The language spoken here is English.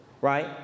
Right